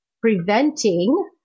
preventing